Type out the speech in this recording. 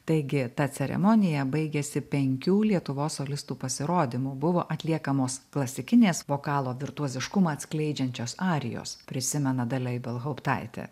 taigi ta ceremonija baigėsi penkių lietuvos solistų pasirodymu buvo atliekamos klasikinės vokalo virtuoziškumą atskleidžiančios arijos prisimena dalia ibelhauptaitė